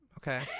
Okay